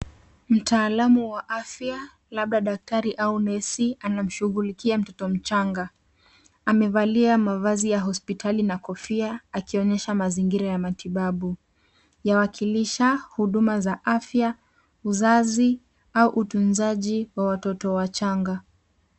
Mtaalamu wa afya labda daktari au nesi anamshughulikia mtoto mchanga. Amevalia mavazi ya hospitali na kofia akionyesha mazingira ya matibabu. Yawakilisha huduma za afya, uzazi au utunzaji wa watoto wachanga.